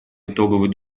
итоговый